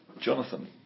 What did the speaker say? Jonathan